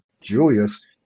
Julius